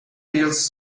hills